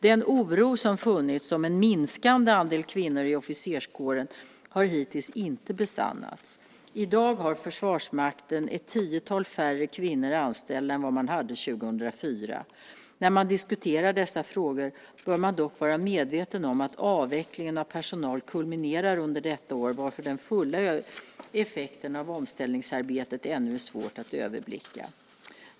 Den oro som funnits om en minskande andel kvinnor i officerskåren har hittills inte besannats. I dag har Försvarsmakten ett tiotal färre kvinnor anställda än vad man hade 2004. När man diskuterar dessa frågor bör man dock vara medveten om att avvecklingen av personal kulminerar under detta år varför den fulla effekten av omställningsarbetet ännu är svår att överblicka.